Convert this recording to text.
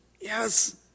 Yes